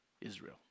Israel